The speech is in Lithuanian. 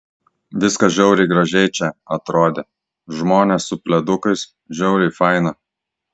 viskas žiauriai gražiai čia atrodė žmonės su pledukais žiauriai faina